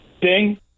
Ding